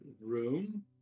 room